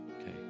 Okay